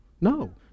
No